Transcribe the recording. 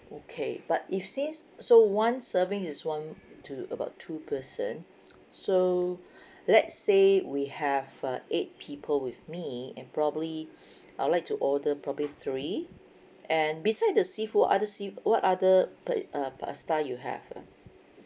okay but if since so one serving is one to about two person so let's say we have uh eight people with me and probably I would like to order probably three and beside the seafood are the se~ what other per~ uh pasta you have